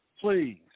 Please